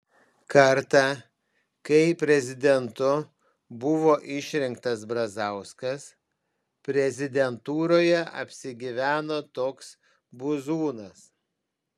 kartą kai prezidentu buvo išrinktas brazauskas prezidentūroje apsigyveno toks buzūnas